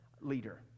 leader